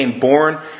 born